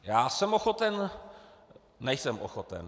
Já jsem ochoten nejsem ochoten.